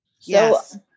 yes